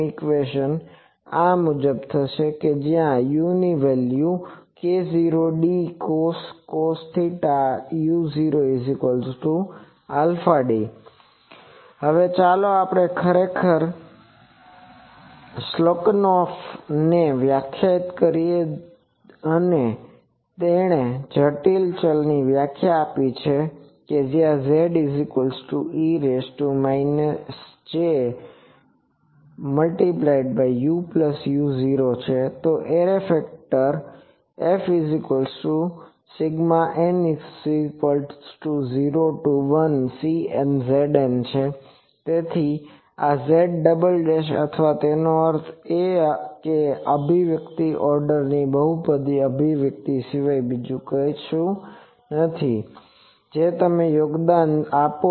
તેથી Fn0NCnejn uu0 જ્યાં uk0dcos u0αd હવે ચાલો આપણે ખરેખર આ શેલ્લકનોફ ને વ્યાખ્યાયિત કરીએ તેણે જટિલ ચલની વ્યાખ્યા આપી કે Ƶejuu0 તો એરે ફેક્ટર Fn0NCnƵn તેથી આ Ƶn અથવા તેનો અર્થ એ કે આ અભિવ્યક્તિ એ ઓર્ડર n ની બહુપદી અભિવ્યક્તિ સિવાય બીજું કશું નથી જે તેમનું યોગદાન છે